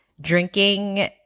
drinking